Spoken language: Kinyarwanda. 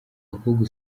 bakobwa